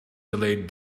delayed